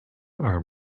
are